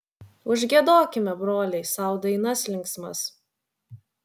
užgiedokime broliai sau dainas linksmas